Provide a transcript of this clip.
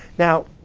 now,